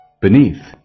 Beneath